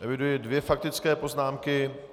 Eviduji dvě faktické poznámky.